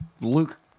Luke